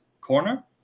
corner